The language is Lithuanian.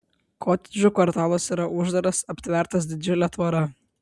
kotedžų kvartalas yra uždaras aptvertas didžiule tvora